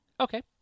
Okay